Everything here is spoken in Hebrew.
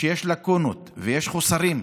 שיש לקונות ושיש חוסרים.